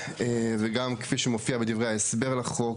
וגם כפי שמופיע בדברי ההסבר לחוק,